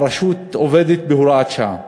הרשות עובדת לפי הוראת שעה.